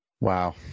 Wow